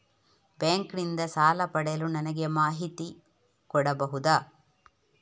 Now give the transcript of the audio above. Bank ನಿಂದ ಸಾಲ ಪಡೆಯಲು ನನಗೆ ಮಾಹಿತಿ ಕೊಡಬಹುದ?